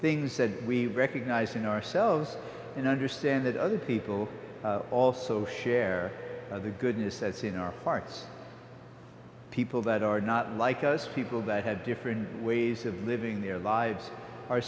things said we recognize in ourselves and understand that other people also share of the goodness that's in our hearts people that are not like us people that had different ways of living their lives are